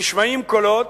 נשמעים קולות,